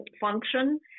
function